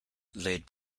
lid